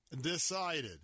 decided